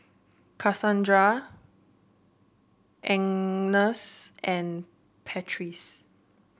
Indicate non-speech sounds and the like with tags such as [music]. Casandra [unintelligible] and Patrice